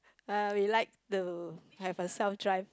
uh we like to have a self drive